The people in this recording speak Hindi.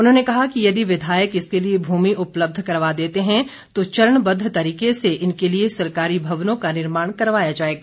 उन्होंने कहा कि यदि विधायक इसके लिए भूमि उपलब्ध करवा देते हैं तो चरणबद्ध तरीके से इनके लिए सरकारी भवनों का निर्माण करवाया जाएगा